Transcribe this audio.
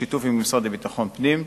בשיתוף המשרד לביטחון הפנים,